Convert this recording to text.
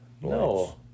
No